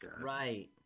Right